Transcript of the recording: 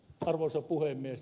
arvoisa puhemies